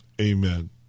Amen